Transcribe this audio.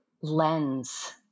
lens